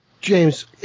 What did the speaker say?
james